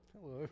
Hello